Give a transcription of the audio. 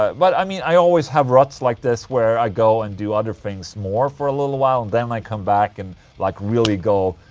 um but i mean, i always have ruts like this where i go and do other things more for a little while and then i come back and like really go,